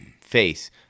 face